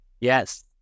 yes